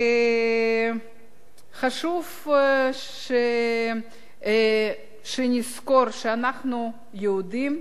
חשוב שנזכור שאנחנו יהודים,